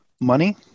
money